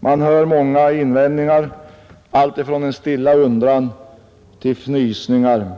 Man hör många invändningar, alltifrån en stilla undran till fnysningar.